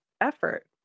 effort